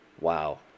Wow